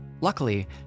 Luckily